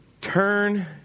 turn